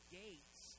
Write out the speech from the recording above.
gates